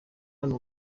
hano